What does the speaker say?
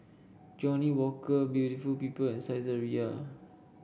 Johnnie Walker Beauty People and Saizeriya